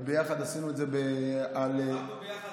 וביחד עשינו את זה על --- נלחמנו ביחד